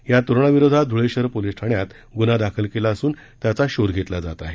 या तरुणाविरोधात ध्ळे शहर पोलिस ठाण्यात ग्न्हा दाखल करण्यात आला असून त्याचा शोध घेतला जात आहे